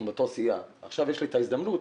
מאותה הסיעה אבל עכשיו יש לי את ההזדמנות